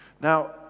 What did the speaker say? now